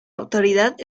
autoridad